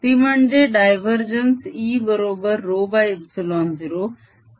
ती म्हणजे divergence E बरोबर ρε0